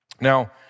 Now